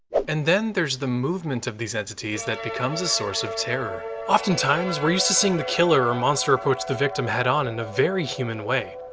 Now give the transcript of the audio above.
and then there's the movement of these entities that become a source of terror. often times, we're used to seeing the killer or monster approach the victim head on in a very human way.